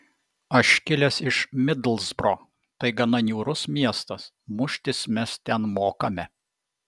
aš kilęs iš midlsbro tai gana niūrus miestas muštis mes ten mokame